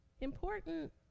Important